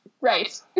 Right